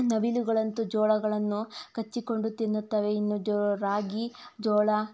ನವಿಲುಗಳಂತೂ ಜೋಳಗಳನ್ನು ಕಚ್ಚಿಕೊಂಡು ತಿನ್ನುತ್ತವೆ ಇನ್ನು ಜೋ ರಾಗಿ ಜೋಳ